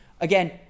again